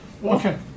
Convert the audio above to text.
Okay